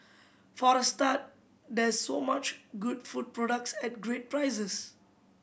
for a start there's so much good food products at great prices